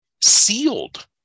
sealed